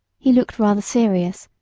he looked rather serious,